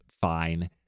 fine